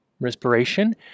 respiration